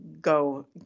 go